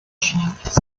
charts